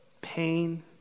pain